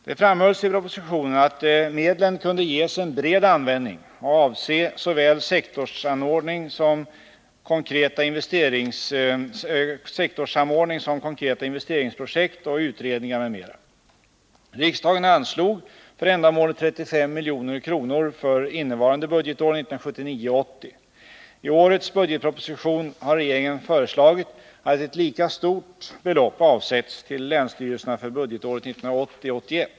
Det framhölls i propositionen att medlen kunde ges en bred användning och avse såväl sektorssamordning som konkreta investeringsprojekt och utredningar m.m. Riksdagen anslog för ändamålet 35 milj.kr. för innevarande budgetår 1979 81.